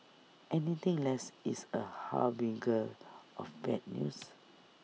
anything less is A harbinger of bad news